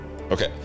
Okay